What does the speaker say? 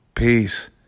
peace